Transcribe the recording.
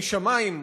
משמים,